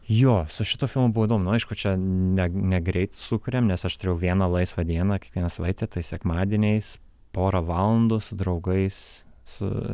jo su šituo fimu buvo įdomu nu aišku čia ne negreit sukurėm nes aš turėjau vieną laisvą dieną kiekvieną savaitę tai sekmadieniais porą valandų su draugais su